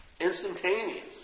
Instantaneous